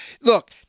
Look